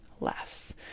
less